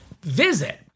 Visit